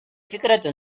فكرة